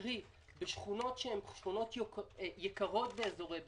קרי: בשכונות יקרות באזורי ביקוש,